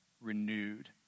renewed